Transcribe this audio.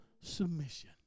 submission